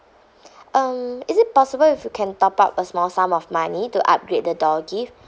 um is it possible if we can top up a small sum of money to upgrade the door gift